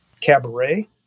cabaret